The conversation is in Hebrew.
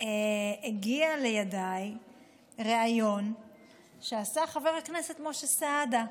הגיע לידיי ריאיון שעשה חבר הכנסת משה סעדה,